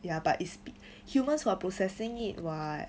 ya but it's humans who are processing it [what]